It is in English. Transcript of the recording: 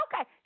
okay